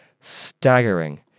staggering